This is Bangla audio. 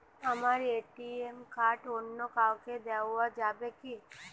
আমার এ.টি.এম কার্ড অন্য কাউকে দেওয়া যাবে কি?